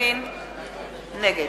נגד